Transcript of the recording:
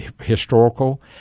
historical –